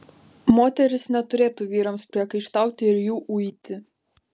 moterys neturėtų vyrams priekaištauti ir jų uiti